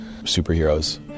superheroes